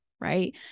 right